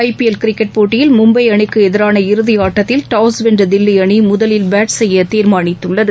ஐ P L cricket போட்டியில் மும்பை அணிக்கு எதிரான இறதி ஆட்டத்தில் டாஸ் வென்ற தில்லி அணி முதலில் பேட் செய்ய தீர்மானித்துள்ளது